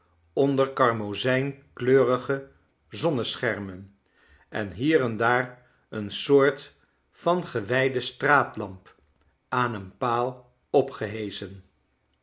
onder karmozijnkleurige zonneschermen en hier en daar een soort van gewijde straatlamp aan een paal opgeheschen